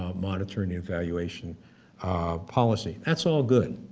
um monitoring evaluation policy. that's all good.